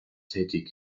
tätig